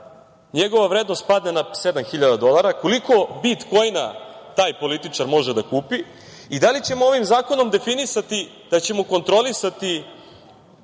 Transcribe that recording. njegova vrednost padne na sedam hiljada dolara, koliko bitkoina taj političar može da kupi i da li ćemo ovim zakonom definisati da ćemo kontrolisati